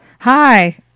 Hi